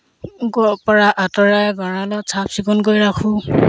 ঘৰৰপৰা আঁতৰাই গঁৰালত চাফ চিকুণ কৰি ৰাখোঁ